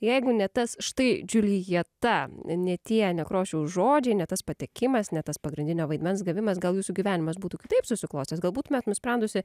jeigu ne tas štai džiuljeta ne tie nekrošiaus žodžiai ne tas patekimas ne tas pagrindinio vaidmens gavimas gal jūsų gyvenimas būtų kitaip susiklostęs gal būtumėt nusprendusi